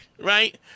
right